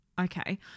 Okay